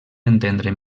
entendre